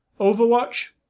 Overwatch